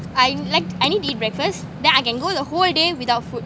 I'm like I need to eat breakfast then I can go the whole day without food